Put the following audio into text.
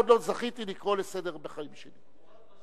אני קורא לך לסדר פעם ראשונה.